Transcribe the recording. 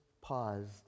paused